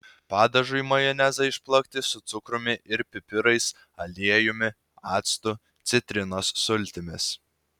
padažui majonezą išplakti su cukrumi ir pipirais aliejumi actu citrinos sultimis